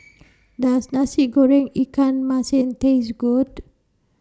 Does Nasi Goreng Ikan Masin Taste Good